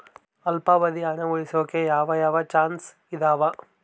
ಅಲ್ಪಾವಧಿ ಹಣ ಉಳಿಸೋಕೆ ಯಾವ ಯಾವ ಚಾಯ್ಸ್ ಇದಾವ?